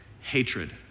hatred